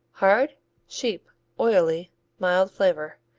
hard sheep oily mild flavor.